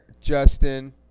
Justin